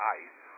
ice